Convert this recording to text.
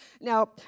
Now